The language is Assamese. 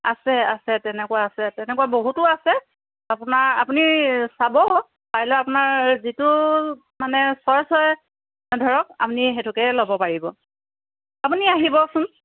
আছে আছে তেনেকুৱা আছে তেনেকুৱা বহুতো আছে আপোনাৰ আপুনি চাব পাৰিলে আপোনাৰ যিটো মানে চইচ হয় ধৰক আপুনি সেইটোকে ল'ব পাৰিব আপুনি আহিবচোন